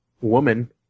woman